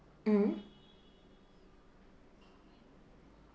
mm